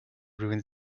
ruins